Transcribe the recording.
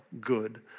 good